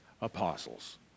apostles